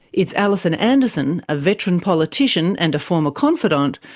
it's alison anderson, a veteran politician and a former confidante,